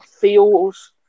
feels